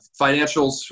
financials